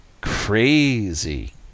Crazy